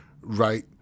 right